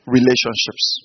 Relationships